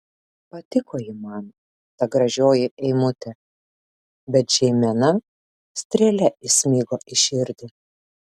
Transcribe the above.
patiko ji man ta gražioji eimutė bet žeimena strėle įsmigo į širdį